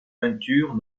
peintures